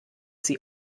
sie